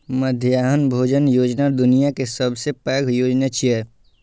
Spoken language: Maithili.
मध्याह्न भोजन योजना दुनिया के सबसं पैघ योजना छियै